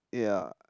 yeah